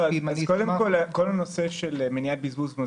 לחזור כקומפוסט,